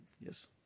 Yes